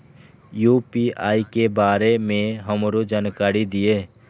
UPI के बारे में हमरो जानकारी दीय?